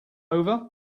over